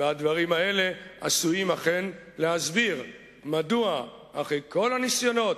והדברים האלה עשויים אכן להסביר מדוע אחרי כל הניסיונות,